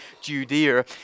Judea